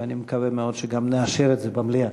ואני מקווה מאוד שגם נאשר את זה במליאה.